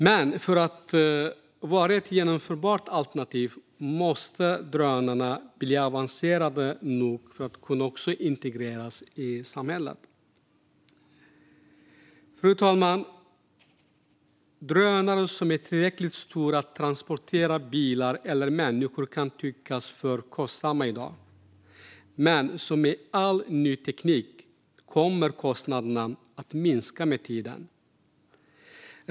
Men för att vara ett genomförbart alternativ måste drönarna bli avancerade nog att kunna integreras i samhället. Fru talman! Drönare som är tillräckligt stora att transportera bilar eller människor kan tyckas för kostsamma i dag, men som med all ny teknik kommer kostnaderna att minska med tiden.